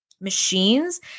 machines